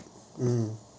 mm